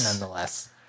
Nonetheless